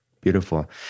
Beautiful